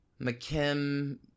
McKim